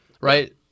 right